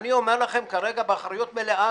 אני אומר לכם כרגע באחריות מלאה,